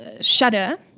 shudder